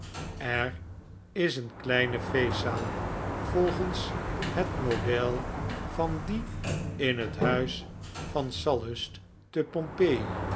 er is een kleine feestzaal volgens het model van dien in het huis van sallust te